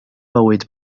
bywyd